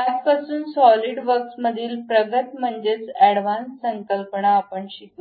आजपासून SolidWorks मधील प्रगत म्हणजेच ऍडव्हान्स संकल्पना आपण शिकू